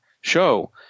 show